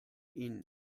ihn